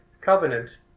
covenant